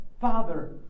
Father